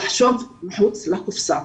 ולחשוב מחוץ לקופסה.